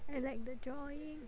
I like the drawing